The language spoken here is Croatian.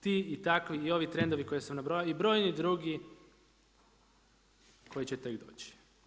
Ti i takvi i ovi trendovi koje sam nabrojao i brojni drugi koji će tek doći.